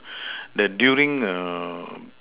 that during err